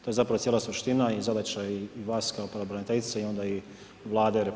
To je zapravo cijela suština i zadaća i vas kao pravobraniteljice i onda i Vlade RH.